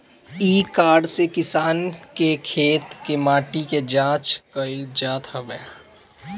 इ कार्ड से किसान के खेत के माटी के जाँच कईल जात हवे